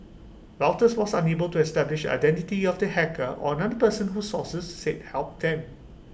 Reuters was unable to establish identity of the hacker or another person who sources said helped him